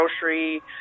grocery